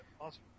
Awesome